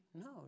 No